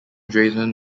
drayton